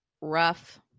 rough